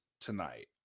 tonight